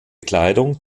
kleidung